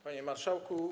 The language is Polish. Panie Marszałku!